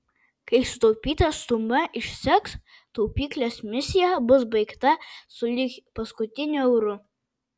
kai sutaupyta suma išseks taupyklės misija bus baigta sulig paskutiniu euru